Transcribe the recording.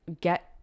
get